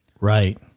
Right